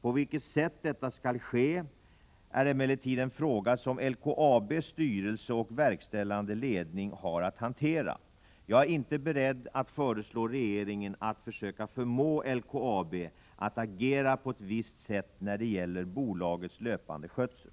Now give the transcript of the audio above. På vilket sätt detta skall ske är emellertid en fråga som LKAB:s styrelse och verkställande ledning har att hantera. Jag är inte beredd att föreslå regeringen att försöka förmå LKAB att agera på visst sätt när det gäller bolagets löpande skötsel.